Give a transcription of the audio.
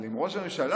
אבל עם ראש הממשלה,